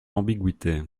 ambiguïté